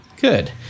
Good